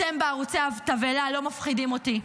אתם בערוצי התבהלה לא מפחידים אותי,